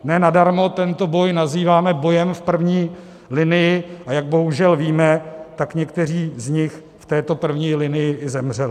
Ne nadarmo tento boj nazýváme bojem v první linii, a jak bohužel víme, tak někteří z nich v této první linii i zemřeli.